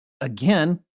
again